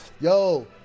Yo